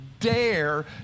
Dare